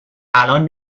الان